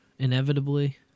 Inevitably